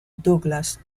douglas